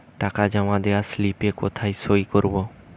টাকা জমা দেওয়ার স্লিপে কোথায় সই করব?